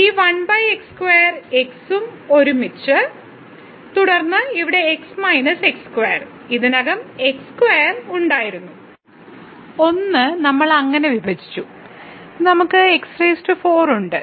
ഈ x2 ഉം ഉം ഒരുമിച്ച് തുടർന്ന് ഇവിടെ ഇതിനകം x2 ഉണ്ടായിരുന്നു 1 നമ്മൾ അങ്ങനെ വിഭജിച്ചു നമുക്ക് x4 ഉണ്ട്